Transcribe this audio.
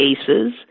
cases